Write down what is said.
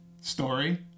story